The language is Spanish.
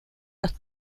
los